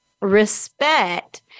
respect